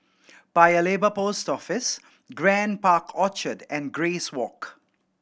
Paya Lebar Post Office Grand Park Orchard and Grace Walk